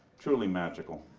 truly magical.